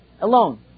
alone